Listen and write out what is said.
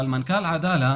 מנכ"ל עדאללה,